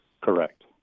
Correct